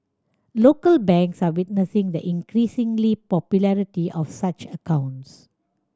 local banks are witnessing the increasing popularity of such accounts